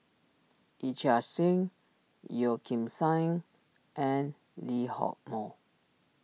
Yee Chia Hsing Yeo Kim Seng and Lee Hock Moh